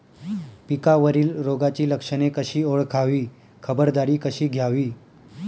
पिकावरील रोगाची लक्षणे कशी ओळखावी, खबरदारी कशी घ्यावी?